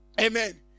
Amen